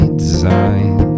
design